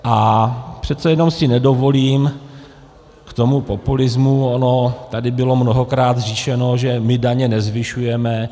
A přece jenom si nedovolím k tomu populismu, ono tady bylo mnohokrát řečeno, že my daně nezvyšujeme.